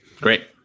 Great